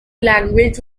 language